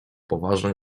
poważne